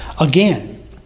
Again